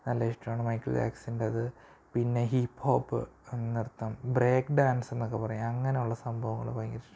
നല്ല ഇഷ്ടമാണ് മൈക്കൾ ജാക്സൻ്റത് പിന്നെ ഹിപ് ഹോപ് നൃത്തം ബ്രേക്ക് ഡാൻസിനൊക്കെ പറയും അങ്ങനെയുള്ള സംഭവങ്ങൾ ഭയങ്കര